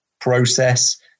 process